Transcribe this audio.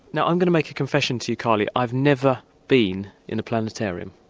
now i'm going to make a confession to you carley i've never been in a planetarium.